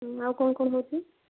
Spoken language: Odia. ଆଉ କ'ଣ କ'ଣ ହେଉଛି